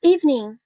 Evening